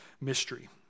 mystery